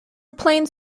plains